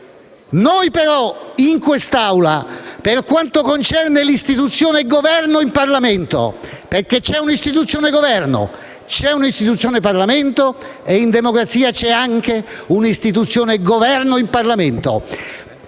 Noi, però, in quest'Assemblea, per quanto concerne l'istituzione del Governo in Parlamento (perché ci sono un'istituzione «Governo» e un'istituzione «Parlamento» e, in democrazia, anche un'istituzione «Governo in Parlamento»)